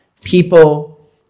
people